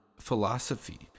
philosophy